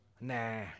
Nah